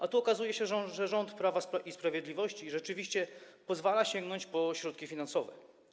A tu okazuje się, że rząd Prawa i Sprawiedliwości rzeczywiście pozwala sięgnąć po środki finansowe.